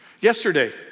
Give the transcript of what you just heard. Yesterday